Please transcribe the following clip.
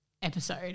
episode